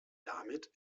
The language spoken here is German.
damit